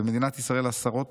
"במדינת ישראל עשרות